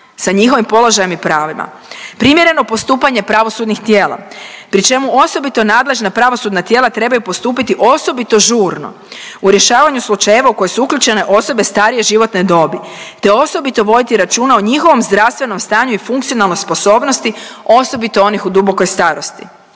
sa njihovim položajem i pravima. Primjerno postupanje pravosudnih tijela pri čemu osobito nadležna pravosudna tijela trebaju postupiti osobito žurno u rješavanju slučajeva u koje su uključene osobe starije životne dobi, te osobito voditi računa o njihovom zdravstvenom stanju i funkcionalnoj sposobnosti, osobito onih u dubokoj starosti.